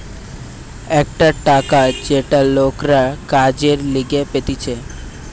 একটা টাকা যেটা লোকরা কাজের লিগে পেতেছে